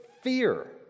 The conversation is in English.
fear